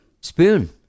Spoon